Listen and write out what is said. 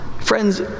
Friends